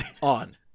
on